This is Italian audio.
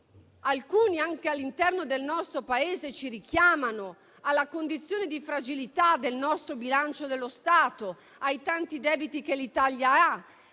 alcuni, anche all'interno del nostro Paese, richiamano la condizione di fragilità del bilancio dello Stato, i tanti debiti che l'Italia ha